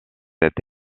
cet